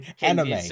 anime